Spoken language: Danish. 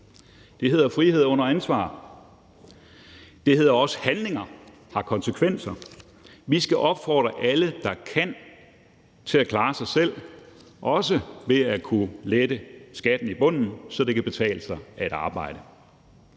Det hedder frihed under ansvar. Det hedder også: Handlinger har konsekvenser. Vi skal opfordre alle, der kan, til at klare sig selv, også ved at kunne lette skatten i bunden, så det kan betale sig at arbejde.